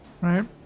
Right